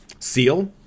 Seal